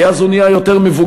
כי אז הוא נהיה יותר מבוגר,